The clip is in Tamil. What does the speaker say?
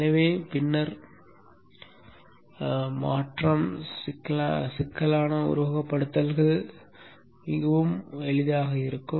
எனவே பின்னர் மாற்றம் சிக்கலான உருவகப்படுத்துதல்கள் மிகவும் எளிதாக இருக்கும்